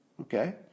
Okay